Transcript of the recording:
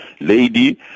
lady